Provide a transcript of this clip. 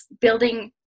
building